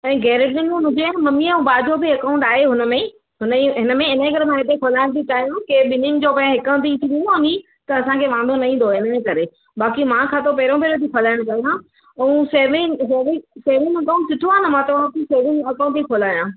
ऐं गेरेजिन में मुंहिंजे ममी ऐं भाउ जो बि अकाउंट आहे हुन में ई हुन ई हिन में हिन जे करे ई मां खोलाइण थी चाहियां के ॿिन्हिनि जो भई हिकु हंध ई थी विंदो नी त असांखे वांदो न ईंदो आहे हिन जे करे बाक़ी मां खातो पहिरों भेरो थी खोलाइणु चाहियां ऐं सेविंग सेवि सेविंग अकाउंट सुठो आहे न मां चवां थी सेविंग अकाउंट ई खोलायां